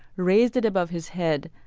raised it above his head,